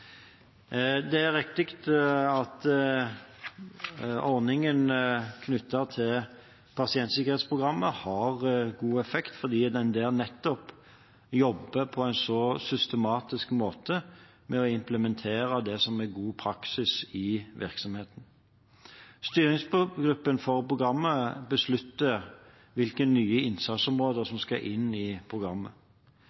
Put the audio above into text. Det er riktig at ordningen knyttet til pasientsikkerhetsprogrammet har god effekt, fordi en der nettopp jobber på en så systematisk måte med å implementere det som er god praksis i virksomheten. Styringsgruppen for programmet beslutter hvilke nye innsatsområder som skal inn i programmet.